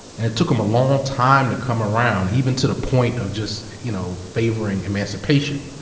and it took him a long time to come around, even to the point of just you know favoring emancipation.